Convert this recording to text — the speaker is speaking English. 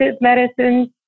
medicines